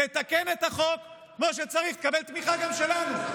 תתקן את החוק כמו שצריך, ותקבל גם תמיכה שלנו.